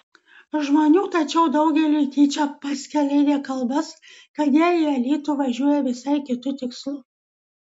žmonių tačiau daugeliui tyčia paskleidė kalbas kad jie į alytų važiuoja visai kitu tikslu